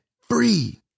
free